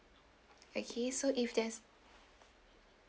okay so if there's